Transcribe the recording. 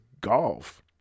golf